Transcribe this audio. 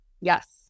Yes